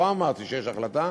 לא אמרתי שיש החלטה.